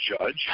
Judge